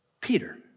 Peter